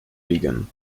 vegan